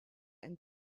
and